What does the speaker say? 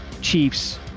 Chiefs